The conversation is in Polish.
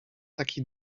taki